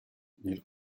nel